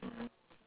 mm